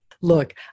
Look